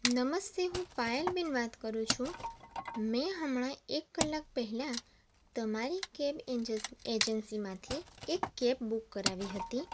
નમસ્તે હું પાયલબેન વાત કરું છું મેં હમણાં એક કલાક પહેલાં તમારી કેબ ઇન્જસ એજન્સીમાંથી એક કેબ બૂક કરાવી હતી